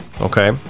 Okay